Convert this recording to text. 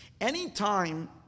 Anytime